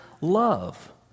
love